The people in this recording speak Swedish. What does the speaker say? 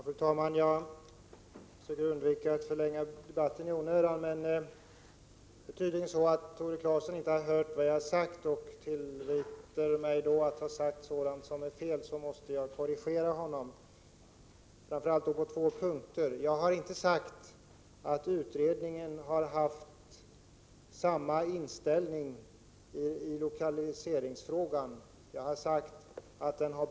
Fru talman! Jag försöker undvika att i onödan förlänga debatten, men när 16 december 1987 Tore Claeson tillvitar mig sådant som jag inte har sagt — Tore Claeson har = mod or tydligen inte lyssnat — måste jag korrigera honom. Det gäller framför allt två punkter. Jag har inte sagt att utredningen har haft samma inställning i lokaliseringsfrågan som majoriteten i bostadsutskottet nu har.